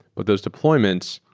but those deployments,